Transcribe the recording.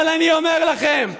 אבל אני אומר לכם,